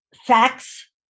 facts